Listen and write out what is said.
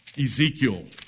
Ezekiel